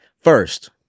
First